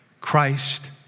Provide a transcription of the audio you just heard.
Christ